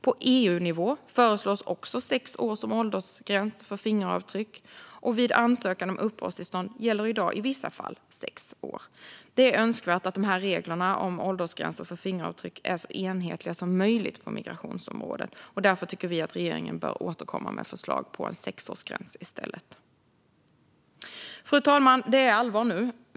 På EU-nivå föreslås också sex år som åldersgräns för fingeravtryck, och vid ansökan om uppehållstillstånd gäller i dag i vissa fall sex år. Det är önskvärt att reglerna om åldersgränser för fingeravtryck är så enhetliga som möjligt på migrationsområdet. Därför bör regeringen återkomma med förslag på sexårsgräns. Fru talman! Det är allvar nu.